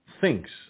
thinks